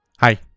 hi